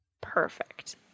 Perfect